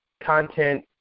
content